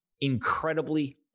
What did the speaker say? incredibly